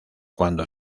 cuando